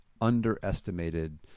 underestimated